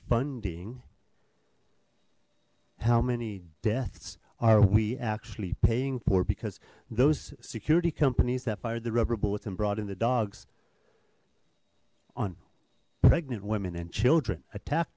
funding how many deaths are we actually paying for because those security companies that fire the rubber bullets and brought in the dogs on pregnant women and children attack